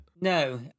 No